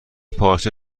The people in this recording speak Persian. پارچه